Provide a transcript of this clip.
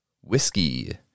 whiskey